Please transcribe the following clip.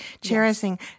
cherishing